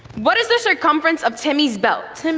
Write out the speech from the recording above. what is the circumference of timmy's belt? and